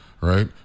right